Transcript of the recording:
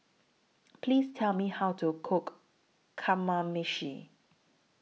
Please Tell Me How to Cook Kamameshi